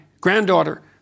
granddaughter